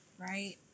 Right